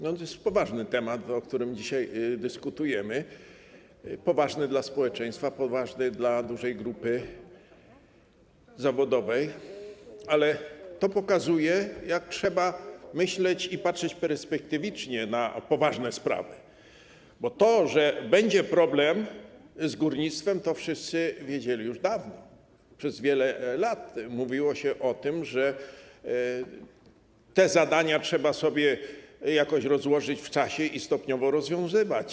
To jest poważny temat, na który dzisiaj dyskutujemy, poważny dla społeczeństwa, poważny dla dużej grupy zawodowej, ale to pokazuje, jak trzeba myśleć i patrzeć perspektywicznie na poważne sprawy, bo to, że będzie problem z górnictwem, to wszyscy wiedzieli już dawno, przez wiele lat mówiło się o tym, że te zadania trzeba sobie jakoś rozłożyć w czasie i stopniowo rozwiązywać.